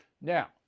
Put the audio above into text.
Now